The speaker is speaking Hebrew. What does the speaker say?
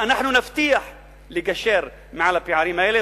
ואנחנו נבטיח לגשר בין הפערים האלה,